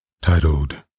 titled